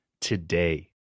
today